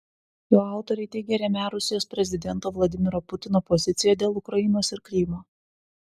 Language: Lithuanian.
jo autoriai teigia remią rusijos prezidento vladimiro putino poziciją dėl ukrainos ir krymo